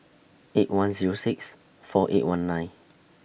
eight one Zero six four eight one nine